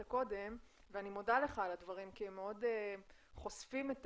קודם ואני מודה לך על הדברים כי הם חושפים את